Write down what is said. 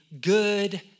good